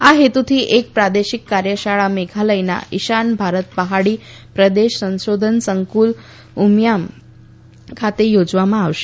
આ હેતુથી એક પ્રાદેશિક કાર્યશાળા મેઘાલયના ઇશાન ભારત પહાડી પ્રદેશ સંશોધન સંકુલ ઉમિયામ ખાતે યોજવામાં આવશે